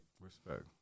Respect